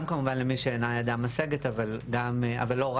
גם כמובן למי שאינה ידה משגת אבל לא רק,